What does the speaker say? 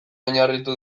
oinarritu